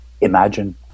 imagine